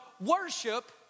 worship